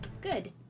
Good